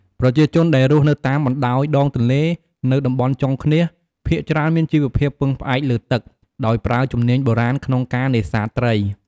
ប្រជាជនដែលរស់នៅតាមបណ្ដោយដងទន្លេ នៅតំបន់ចុងឃ្នាស ភាគច្រើនមានជីវភាពពឹងផ្អែកលើទឹក ដោយប្រើជំនាញបុរាណក្នុងការនេសាទត្រី។